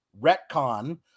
retcon